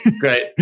great